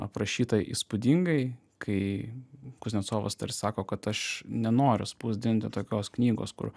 aprašyta įspūdingai kai kuznecovas tarsi sako kad aš nenoriu spausdinti tokios knygos kur